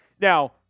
Now